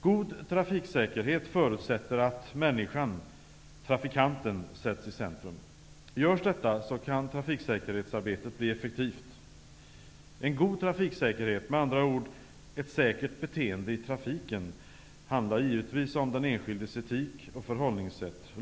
God trafiksäkerhet förutsätter att människan/trafikanten sätts i centrum. Görs detta kan trafiksäkerhetsarbetet bli effektivt. En god trafiksäkerhet, med andra ord ett säkert beteende i trafiken, handlar givetvis om den enskildes etik och förhållningssätt.